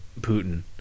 Putin